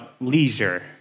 leisure